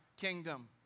kingdom